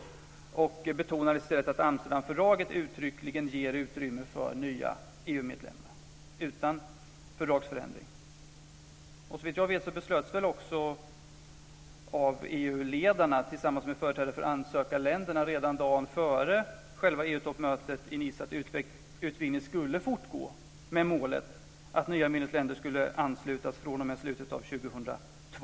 I stället betonades att Amsterdamfördraget uttryckligen ger utrymme för nya EU-medlemmar utan fördragsförändring. Såvitt jag vet beslutade väl också EU ledarna tillsammans med företrädare för ansökarländerna redan dagen före själva EU-toppmötet i Nice att utvidgningen skulle fortgå med målet att nya medlemsländer skulle anslutas fr.o.m. slutet av 2002.